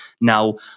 now